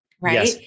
Right